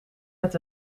met